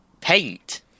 Paint